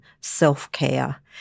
self-care